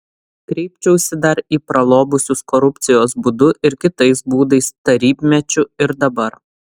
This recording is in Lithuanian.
kreipčiausi dar į pralobusius korupcijos būdu ir kitais būdais tarybmečiu ir dabar